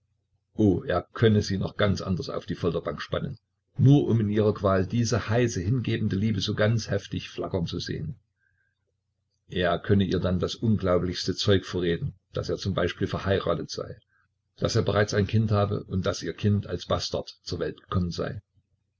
oh er könne sie noch ganz anders auf die folterbank spannen nur um in ihrer qual diese heiße hingebende liebe so ganz heftig flackern zu sehen er könne ihr dann das unglaublichste zeug vorreden daß er zum beispiel verheiratet sei daß er bereits ein kind habe und daß ihr kind als bastard zur welt gekommen sei